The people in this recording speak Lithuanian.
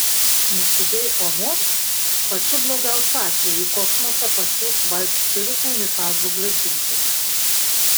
nusidėjai kuo nors pačiu blogiausiu atveju į kosmosą pasiųs vaitspiritu unitazų blizginti